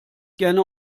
gerne